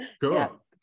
cool